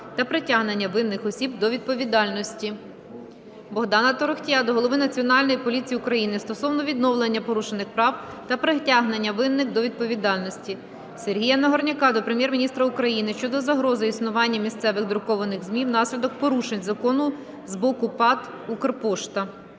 та притягнення винних осіб до відповідальності. Богдана Торохтія до голови Національної поліції України стосовно відновлення порушених прав та притягнення винних осіб до відповідальності. Сергія Нагорняка до Прем'єр-міністра України щодо загрози існуванню місцевих друкованих ЗМІ внаслідок порушень Закону з боку ПАТ "Укрпошта".